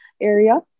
area